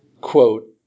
quote